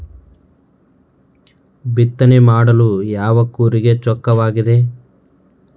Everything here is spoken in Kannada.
ಬಿತ್ತನೆ ಮಾಡಲು ಯಾವ ಕೂರಿಗೆ ಚೊಕ್ಕವಾಗಿದೆ?